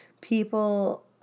people